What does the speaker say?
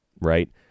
right